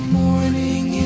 morning